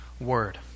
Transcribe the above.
word